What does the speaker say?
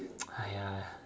!aiya!